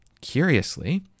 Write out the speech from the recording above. curiously